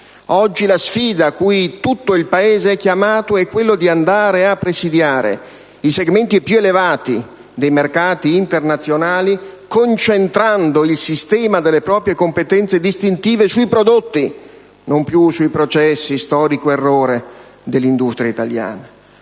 Oggi la sfida cui tutto il Paese è chiamato è quella di andare a presidiare i segmenti più elevati dei mercati internazionali concentrando il sistema delle proprie competenze distintive sui prodotti, non più sui processi (storico errore dell'industria italiana);